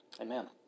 Amen